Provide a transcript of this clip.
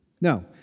No